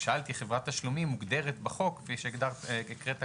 חברת תשלומים מוגדרת בחוק, כפי שהקראת קודם,